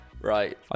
Right